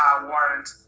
warrant